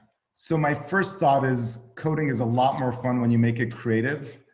so my first thought is coding is a lot more fun when you make it creative.